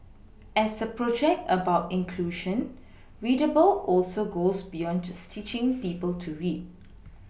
as a project about inclusion ReadAble also goes beyond just teaching people to read